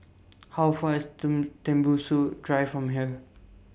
How Far IS Tembusu Drive from here